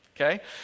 okay